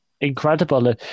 incredible